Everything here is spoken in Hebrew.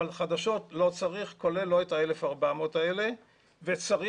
אבל חדשות לא צריך כולל לא את ה-1,400 האלה וצריך